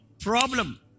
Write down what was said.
problem